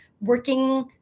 working